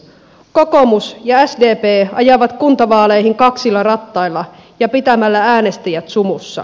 kokoomus ja sdp ajavat kuntavaaleihin kaksilla rattailla ja pitämällä äänestäjät sumussa